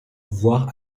voir